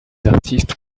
artistes